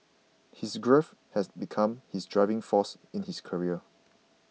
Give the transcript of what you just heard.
his grief has become his driving force in his career